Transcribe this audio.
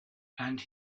and